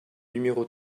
numéro